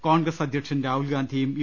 കോൺഗ്രസ് അധ്യക്ഷൻ രാഹുൽഗാന്ധിയും യു